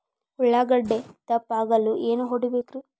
ಉಳ್ಳಾಗಡ್ಡೆ ದಪ್ಪ ಆಗಲು ಏನು ಹೊಡಿಬೇಕು?